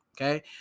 Okay